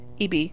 EB